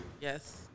yes